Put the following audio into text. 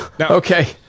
Okay